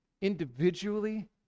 individually